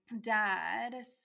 dad